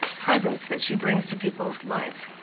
presence that she brings to people's lives.